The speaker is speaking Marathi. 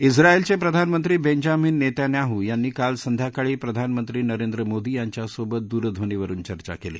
इस्रायलचे प्रधानमंत्री बेंजामिन नेतान्याहू यांनी काल संध्याकाळी प्रधानमंत्री नरेंद्र मोदी यांच्यासोबत दूरध्वनीवरून चर्चा केली